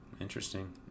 interesting